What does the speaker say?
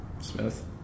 Smith